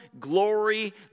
glory